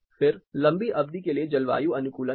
फिर लंबी अवधि के लिए जलवायु अनुकूलन है